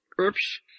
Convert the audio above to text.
Oops